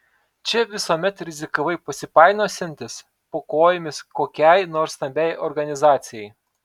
čia visuomet rizikavai pasipainiosiantis po kojomis kokiai nors stambiai organizacijai